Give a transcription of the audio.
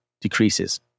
decreases